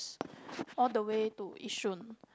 s~ all the way to Yishun